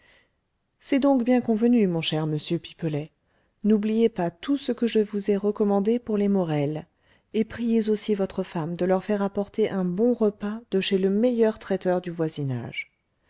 c'est donc bien convenu mon cher monsieur pipelet n'oubliez pas tout ce que je vous ai recommandé pour les morel et priez aussi votre femme de leur faire apporter un bon repas de chez le meilleur traiteur du voisinage